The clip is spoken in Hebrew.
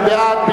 מי בעד?